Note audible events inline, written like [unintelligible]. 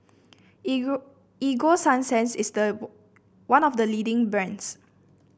[unintelligible] Ego Sunsense is the one of the leading brands